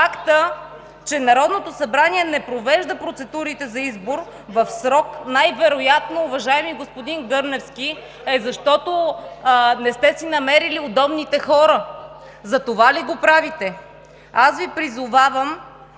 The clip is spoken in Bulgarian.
че Народното събрание не провежда процедурите за избор в срок, най-вероятно, уважаеми господин Гърневски, е защото не сте си намерили удобните хора. Затова ли го правите? Аз Ви призовавам